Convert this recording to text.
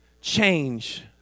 change